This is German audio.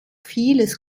vieles